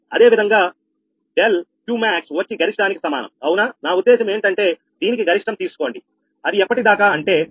అదేవిధంగా ∆Qmax వచ్చి గరిష్టానికి సమానం అవునా నా ఉద్దేశం ఏంటంటే దీనికి గరిష్టం తీసుకోండి అది ఎప్పటి దాకా అంటే ∆𝑄2∆𝑄3